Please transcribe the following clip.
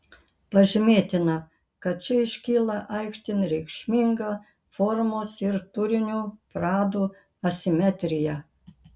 pažymėtina kad čia iškyla aikštėn reikšminga formos ir turinio pradų asimetrija